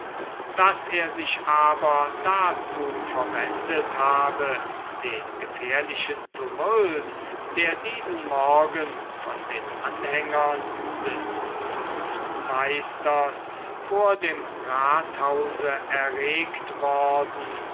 daß er sich aber dazu verwendet habe den gefährlichen tumult der diesen morgen von den anhängern des zunftmeisters vor dem rathause erregt worden